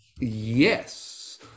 Yes